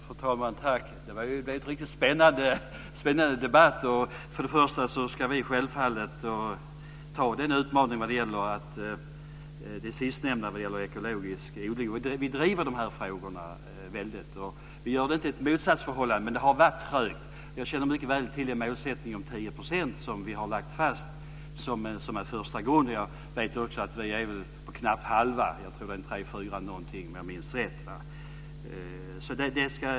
Fru talman! Tack! Det lät riktigt spännande. Vi ska självfallet anta utmaningen vad gäller ekologisk odling. Vi driver de här frågorna, och vi gör det inte i ett motsatsförhållande. Men det har varit trögt. Jag känner mycket väl till målsättningen om 10 % som vi har lagt fast. Vi har knappt hälften, 3-4 %, om jag minns rätt.